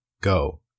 go